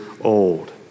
old